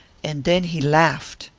and then he laughed.